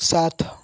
ସାତ